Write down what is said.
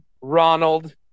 Ronald